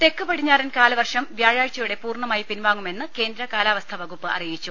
തെക്കുപടിഞ്ഞാറൻ കാലവർഷം വൃാഴാഴ്ചയോടെ പൂർണ്ണമായി പിൻവാങ്ങുമെന്ന് കേന്ദ്ര കാലാവസ്ഥാ വകുപ്പ് അറിയിച്ചു